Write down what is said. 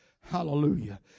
Hallelujah